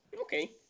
Okay